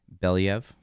Believ